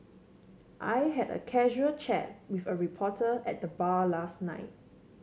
I had a casual chat with a reporter at the bar last night